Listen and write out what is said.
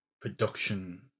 production